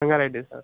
Sangareddy sir